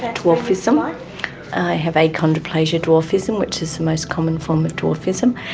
dwarfism, i have achondroplasia dwarfism which is the most common form of dwarfism.